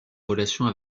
relations